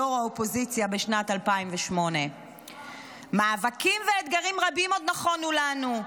ראש האופוזיציה בשנת 2008. "מאבקים ואתגרים רבים עוד נכונו לנו.